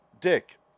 Dick